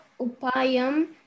Upayam